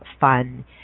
fun